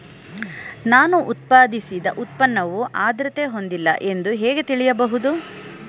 ನಾನು ಉತ್ಪಾದಿಸಿದ ಉತ್ಪನ್ನವು ಆದ್ರತೆ ಹೊಂದಿಲ್ಲ ಎಂದು ಹೇಗೆ ತಿಳಿಯಬಹುದು?